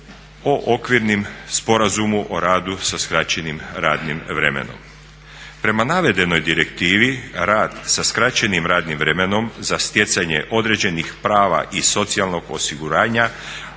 o Okvirnom sporazumu o radu sa skraćenim radnim vremenom. Prema navedenoj direktivi rad sa skraćenim radnim vremenom za stjecanje određenih prava iz socijalnog osiguranja